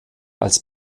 als